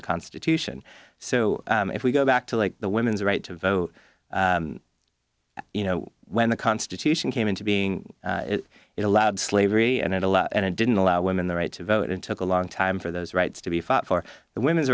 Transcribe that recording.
the constitution so if we go back to like the women's right to vote you know when the constitution came into being it allowed slavery and it a lot and it didn't allow women the right to vote and took a long time for those rights to be fought for the women's